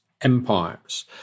empires